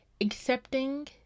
accepting